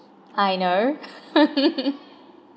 I know